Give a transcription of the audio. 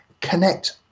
Connect